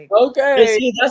Okay